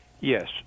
Yes